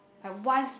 like once